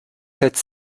sept